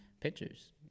pictures